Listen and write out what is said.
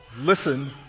listen